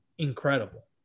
incredible